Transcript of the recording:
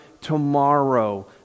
tomorrow